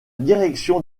direction